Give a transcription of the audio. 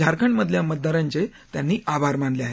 झारखंडमधल्या मतदारांचे त्यांनी आभार मानले आहेत